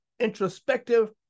introspective